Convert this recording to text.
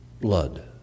blood